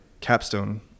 capstone